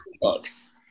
books